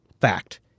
fact